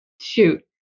shoot